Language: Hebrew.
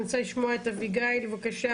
אני רוצה לשמוע את אביגיל, בבקשה.